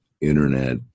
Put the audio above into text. Internet